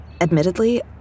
Admittedly